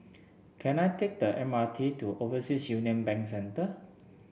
can I take the M R T to Overseas Union Bank Centre